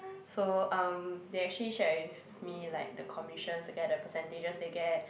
so um they actually shared with me like the commissions to get the percentages they get